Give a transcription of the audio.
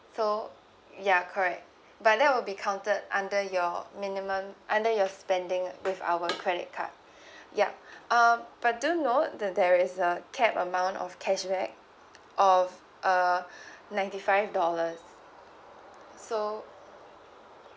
so ya correct but that will be counted under your minimum under your spending with our credit card yup um but do note that there is a capped amount of cashback of a ninety five dollars so